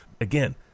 Again